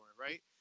right